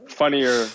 funnier